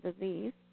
disease